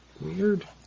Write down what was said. Weird